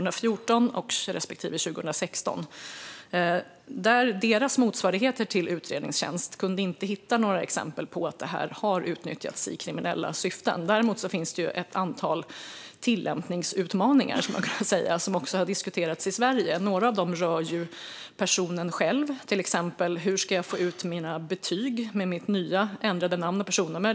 Deras motsvarigheter till utredningstjänst kunde inte hitta några exempel på att detta har utnyttjats i kriminella syften. Däremot finns ett antal tillämpningsutmaningar, som också har diskuterats i Sverige. Några av dem rör personen själv, till exempel hur personen ska få ut sina betyg med det nya ändrade namnet och personnumret.